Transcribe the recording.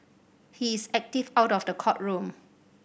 he is active out of the courtroom